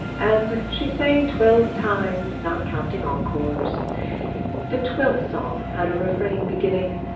and she sang twelve times not counting on cause the twelfth song how to refrain beginning.